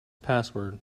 password